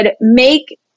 make